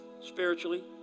spiritually